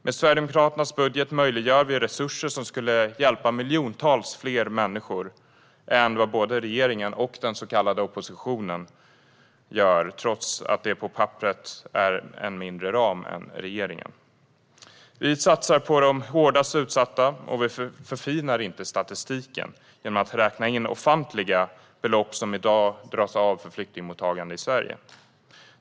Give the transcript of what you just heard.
Med Sverigedemokraternas budget möjliggör vi resurser som skulle hjälpa miljontals fler människor än vad både regeringen och den så kallade oppositionen gör, trots att det på papperet är en mindre ram än regeringens. Vi satsar på de hårdast utsatta, och vi förfinar inte statistiken genom att räkna in ofantliga belopp som i dag dras av för flyktingmottagandet i Sverige.